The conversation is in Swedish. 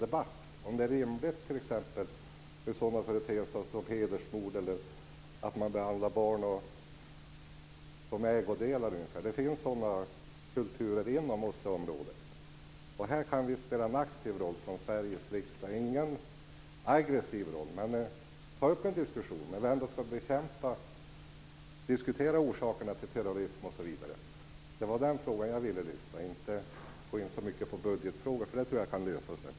Är det rimligt med sådana företeelser som t.ex. hedersmord eller att behandla barn som ägodelar? Det finns sådana kulturer inom Här kan vi från Sveriges riksdag spela en aktiv roll. Det är inte någon aggressiv roll. Men vi kan ta upp en diskussion när vi ändå ska bekämpa orsakerna till terrorism osv. Det var den frågan jag ville lyfta. Jag vill inte gå in så mycket på budgetfrågor. Det tror jag kan lösa sig.